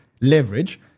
leverage